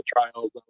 trials